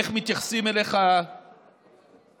איך מתייחסים אליך באמירויות?